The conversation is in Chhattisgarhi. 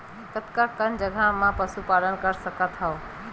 कतका कन जगह म पशु पालन कर सकत हव?